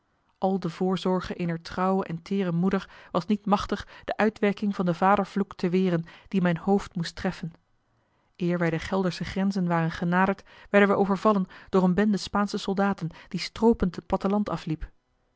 al de voorzorge eener trouwe en teêre moeder was niet machtig de uitwerking van den vadervloek te weren die mijn hoofd moest treffen eer wij de geldersche grenzen waren genaderd werden wij overvallen door eene bende spaansche soldaten die stroopend het platteland afliep